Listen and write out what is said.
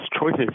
choices